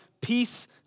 peace